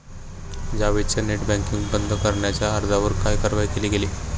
जावेदच्या net banking बंद करण्याच्या अर्जावर काय कारवाई केली गेली?